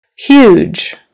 Huge